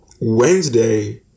Wednesday